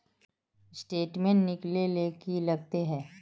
Statement निकले ले की लगते है?